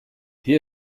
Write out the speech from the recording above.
hier